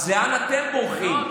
אז לאן אתם בורחים?